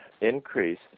increase